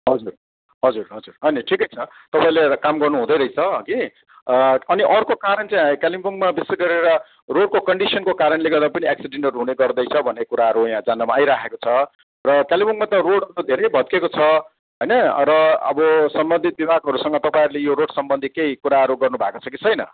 हजुर हजुर हजुर अनि ठिक्कै छ तपाईँले एउटा काम गर्नु हुँदै रहेछ हगि अनि अर्को कारण चाहिँ है कालिम्पोङमा विशेष गरेर रोडको कन्डिसनको कारणले गर्दा पनि एक्सिडेन्टहरू हुने गर्दैछ भन्ने कुराहरू यहाँ जान्नमा आइराखेको छ र कालिम्पोङमा त रोड त धेरै भत्केको छ होइन र अब सम्बन्धित विभागहरूसँग तपाईँहरूले यो रोड सम्बन्धी केही कुराहरू गर्नु भएको छ कि छैन